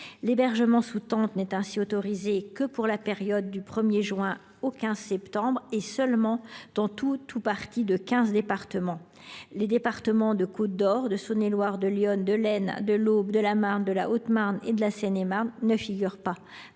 L’hébergement sous tente n’est ainsi autorisé que pour la période allant du 1 juin au 15 septembre et seulement dans tout ou partie de quinze départements. Les départements de Côte d’Or, de Saône et Loire, de l’Yonne, de l’Aisne, de l’Aube, de la Marne, de la Haute Marne et de la Seine et Marne ne figurent pas